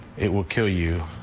it will kill you.